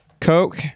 Coke